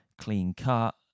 clean-cut